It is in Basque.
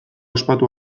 ospatu